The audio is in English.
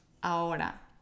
ahora